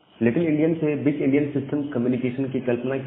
little Indian से big Indian system communication की कल्पना कीजिए